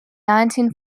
nineteen